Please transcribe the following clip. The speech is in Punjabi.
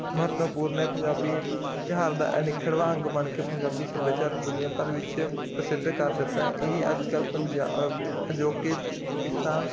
ਮਹੱਤਵਪੂਰਨ ਐ ਪੰਜਾਬੀ ਤਿਹਾਰ ਦਾ ਅਨਿਖੜਵਾਂ ਅੰਗ ਬਣ ਕੇ ਪੰਜਾਬੀ ਸੱਭਿਆਚਾਰ ਨੂੰ ਦੁਨੀਆ ਭਰ ਵਿੱਚ ਪ੍ਰਸਿੱਧ ਕਰ ਦਿੱਤਾ ਇਹ ਅੱਜ ਕੱਲ ਪੰਜਾ ਅਜੋਕੇ ਪਾਕਿਸਤਾਨ